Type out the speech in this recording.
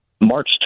March